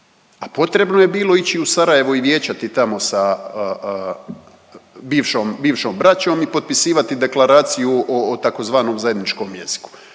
potrebno je bilo ići u Sarajevo i vijećati tamo sa bivšom braćom i potpisivati Deklaraciju o tzv. zajedničkom jeziku.